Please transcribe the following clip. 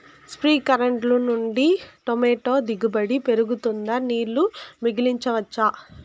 స్ప్రింక్లర్లు నుండి టమోటా దిగుబడి పెరుగుతుందా? నీళ్లు మిగిలించవచ్చా?